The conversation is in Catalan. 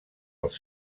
els